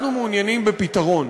אנחנו מעוניינים בפתרון,